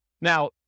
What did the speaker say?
now